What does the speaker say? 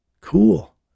Cool